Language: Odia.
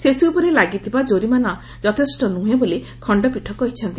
ସେସୁ ଉପରେ ଲାଗିଥିବା ଜରିମାନା ଯଥେଷ୍ ନୂହେଁ ବୋଲି ଖଣ୍ତପୀଠ କହିଛନ୍ତି